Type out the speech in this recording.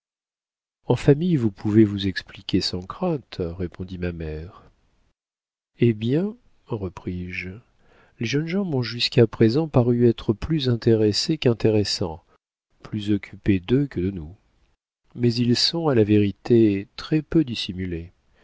en famille vous pouvez vous expliquer sans crainte répondit ma mère eh bien repris-je les jeunes gens m'ont jusqu'à présent paru être plus intéressés qu'intéressants plus occupés d'eux que de nous mais ils sont à la vérité très-peu dissimulés